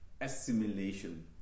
assimilation